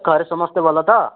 ଘରେ ସମସ୍ତେ ଭଲ ତ